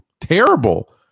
terrible